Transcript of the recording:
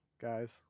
guys